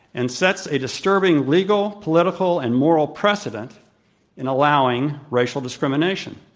and sets a disturbing legal, political, and moral precedent in allowing racial discrimination.